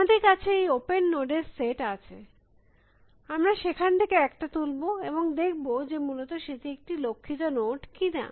আমাদের কাছে এই ওপেন নোড এর সেট a আছে আমর সেখান থেকে একটা তুলব এবং দেখব যে মূলত সেটি একটি লক্ষিত নোড কিনা